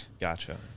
Gotcha